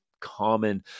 common